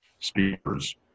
speakers